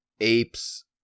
apes